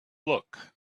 look